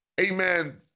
amen